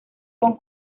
con